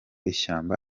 ishyamba